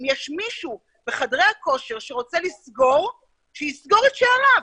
אם יש מישהו מחדרי הכושר שרוצה לסגור שיסגור את שעריו,